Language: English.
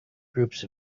groups